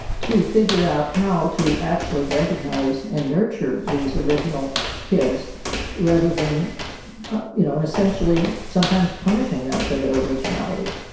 to figure out how to actually recognise and nurture these original kids rather than you know and essentially sometimes punishing them for their originality.